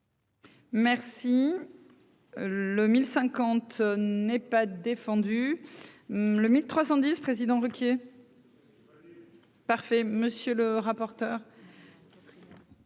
Merci le ML n'est pas défendu le 1310 présidents Ruquier. Parfait, monsieur le rapporteur.